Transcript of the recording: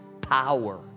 power